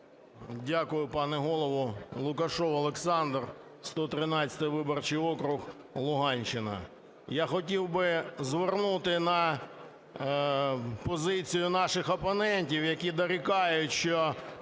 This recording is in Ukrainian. Дякую, пане Голово. Лукашев Олександр, 113 виборчий округ, Луганщина. Я хотів би звернути на позицію наших опонентів, які дорікають, що